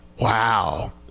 wow